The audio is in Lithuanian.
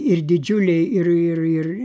ir didžiuliai ir ir ir